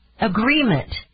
agreement